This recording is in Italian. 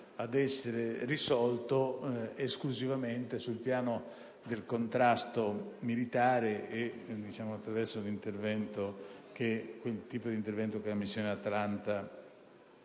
ad essere risolto esclusivamente sul piano del contrasto militare e attraverso quel tipo di intervento che la missione Atalanta